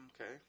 Okay